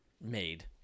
made